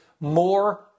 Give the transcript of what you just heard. more